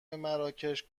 مراکش